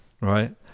right